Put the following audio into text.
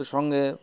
তার সঙ্গ